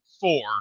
four